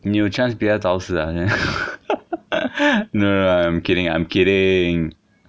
你有 chance 比他早死啊现在 no no no I'm kidding I'm kidding